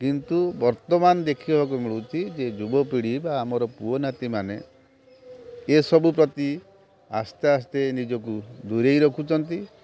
କିନ୍ତୁ ବର୍ତ୍ତମାନ ଦେଖିବାକୁ ମିଳୁଛି ଯେ ଯୁବ ପିଢ଼ି ବା ଆମର ପୁଅ ନାତିମାନେ ଏସବୁ ପ୍ରତି ଆସ୍ତେ ଆସ୍ତେ ନିଜକୁ ଦୂରେଇ ରଖୁଛନ୍ତି